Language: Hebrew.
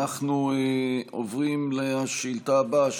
אנחנו עוברים לשאילתה הבאה,